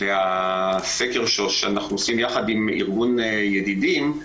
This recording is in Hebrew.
והסקר שאנחנו עושים יחד עם ארגון "ידידים",